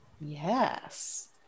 Yes